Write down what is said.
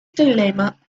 dilemma